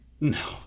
No